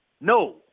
no